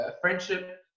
friendship